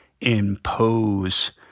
impose